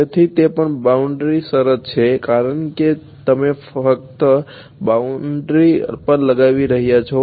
તેથી તે પણ બાઉન્ડ્રી શરત છે કારણ કે તમે તેને ફક્ત બાઉન્ડ્રી પર લગાવી રહ્યા છો